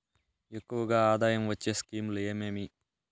ఎక్కువగా ఆదాయం వచ్చే స్కీమ్ లు ఏమేమీ?